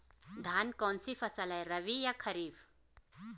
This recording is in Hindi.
धान कौन सी फसल है रबी या खरीफ?